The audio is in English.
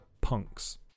punks